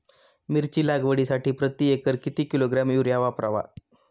मिरची लागवडीसाठी प्रति एकर किती किलोग्रॅम युरिया वापरावा?